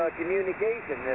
communication